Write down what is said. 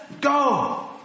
go